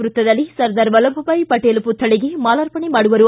ವೃತ್ತದಲ್ಲಿ ಸರ್ದಾರ ವಲ್ಲಭ ಭಾಯ್ ಪಟೇಲ್ ಪುತ್ವಳಿಗೆ ಮಾಲಾರ್ಪಣೆ ಮಾಡುವರು